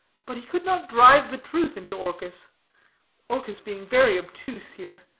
but he could not drive the truth into orchis orchis being very obtuse here,